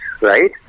right